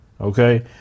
okay